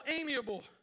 amiable